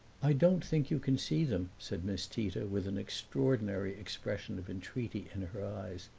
i don't think you can see them, said miss tita with an extraordinary expression of entreaty in her eyes,